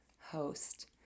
host